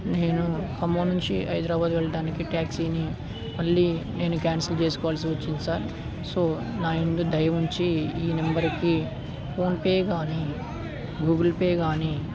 నేను ఖమ్మం నుంచి హైదరాబాదు వెళ్ళడానికి ట్యాక్సీని మళ్ళీ నేను క్యాన్సిల్ చేసుకోవాల్సి వచ్చింది సార్సో సో నా ఇందు దయవుంచి ఈ నెంబర్కి ఫోన్పే కానీ గూగుల్ పే కానీ